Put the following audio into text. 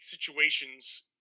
situations